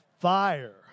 fire